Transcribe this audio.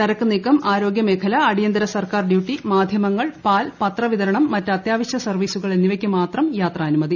ചരക്ക് നീക്കം ആരോഗൃമേഖല അടിയന്തിര സർക്കാർ ഡ്യൂട്ടി മാധ്യമങ്ങൾ പാൽ പത്രവിതരണം മറ്റ് അത്യാവശ്യ സർവീസുകൾ എന്നിവയ്ക്ക് മാത്രം യാത്രാനുമതി